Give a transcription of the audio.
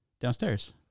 Downstairs